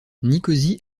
nicosie